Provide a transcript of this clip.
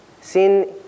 Sin